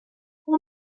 اون